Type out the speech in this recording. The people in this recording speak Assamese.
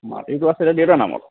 মাটিটো আছিলে দেউতা নামত